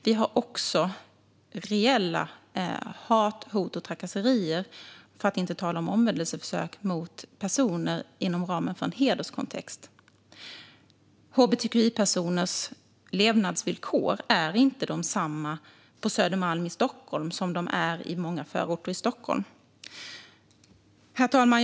Vi har också reella hat, hot och trakasserier, för att inte tala om omvändelseförsök mot personer inom ramen för en hederskontext. Hbtqi-personers levnadsvillkor är inte desamma på Södermalm i Stockholm som de är i många förorter i Stockholm. Herr talman!